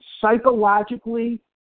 psychologically